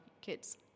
kids